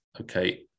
Okay